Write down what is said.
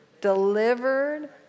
delivered